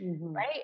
Right